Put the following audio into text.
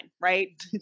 right